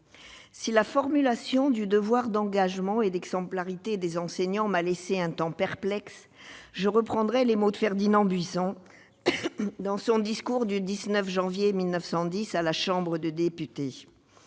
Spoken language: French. Si la formulation du devoir d'engagement et d'exemplarité des enseignants m'a laissé un temps perplexe, je reprendrai les mots prononcés par Ferdinand Buisson, dans son discours du 19 janvier 1910 à la Chambre des députés